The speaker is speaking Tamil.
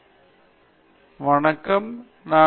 கணேஷ் கோவிந்தராஜன் நல்ல மாலை வணக்கம் எல்லோருக்கும்